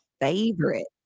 favorite